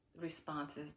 responses